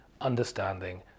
understanding